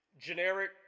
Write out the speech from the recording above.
generic